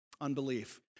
unbelief